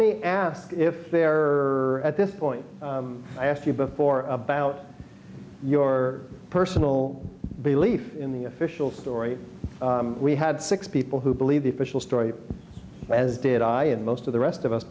me ask if they are at this point i asked you before about your personal belief in the official story we had six people who believe the official story as did i and most of the rest of us